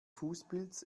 fußpilz